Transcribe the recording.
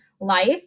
life